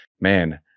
man